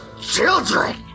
children